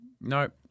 Nope